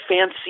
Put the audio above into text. fancy